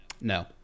No